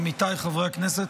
עמיתיי חברי הכנסת,